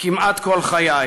כמעט כל חיי,